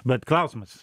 bet klausimas